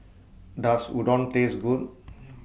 Does Udon Taste Good